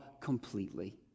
completely